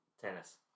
Tennis